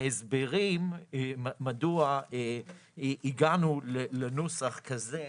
ההסברים מדוע הגענו לנוסח כזה